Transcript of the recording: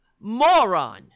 moron